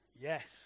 yes